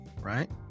right